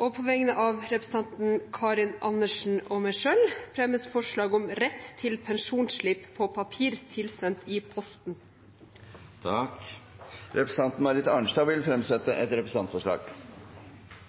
Og på vegne av representantene Karin Andersen og meg selv fremmes forslag om rett til pensjonsslipp på papir tilsendt i posten. Representanten Marit Arnstad vil fremsette et representantforslag.